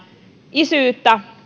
isyyttä